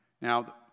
Now